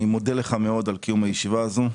אני מודה לך מאוד על קיום הישיבה הזאת.